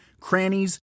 crannies